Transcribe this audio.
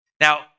Now